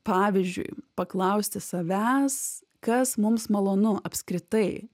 pavyzdžiui paklausti savęs kas mums malonu apskritai